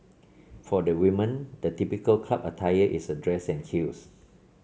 for the women the typical club attire is a dress and heels